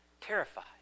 terrified